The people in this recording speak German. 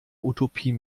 utopie